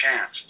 chance